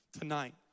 tonight